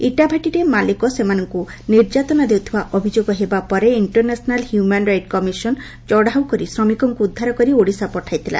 ଇଟାଭାଟିରେ ମାଲିକ ଏମାନଙ୍କୁ ନିର୍ଯାତନା ଦେଉଥବା ଅଭିଯୋଗ ହେବା ପରେ ଇକ୍କରନ୍ୟାସନାଲ ହ୍ୟୁମାନ ରାଇଟ୍ କମିଶନ ଚତ୍ଉ କରି ଶ୍ରମିକଙ୍କୁ ଉଦ୍ଧାର କରି ଓଡ଼ିଶା ପଠାଇଥିଲା